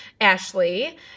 Ashley